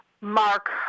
Mark